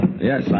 yes